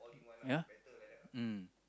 yeah mm